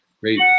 great